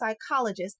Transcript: psychologist